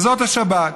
זאת השבת.